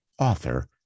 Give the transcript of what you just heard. author